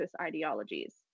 ideologies